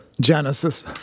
Genesis